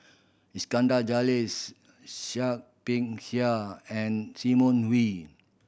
Iskandar Seah Peck Seah and Simon Wee